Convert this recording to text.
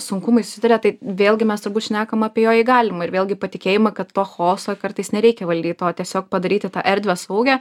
sunkumais susiduria tai vėlgi mes turbūt šnekam apie jo įgalimą ir vėlgi patikėjimą kad to chaoso kartais nereikia valdyt o tiesiog padaryti tą erdvę saugią